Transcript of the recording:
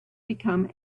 become